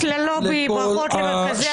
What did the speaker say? ברכות ללובי, ברכות למרכזי הסיוע ולמשרד הבריאות.